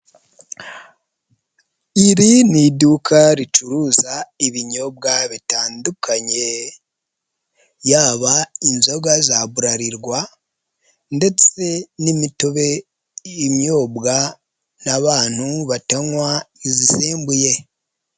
Iri ni iduka ricuruza ibinyobwa bitandukanye yaba inzoga za bralirwa ndetse n'imitobe imyobwa n'abantu batanywa izisembuye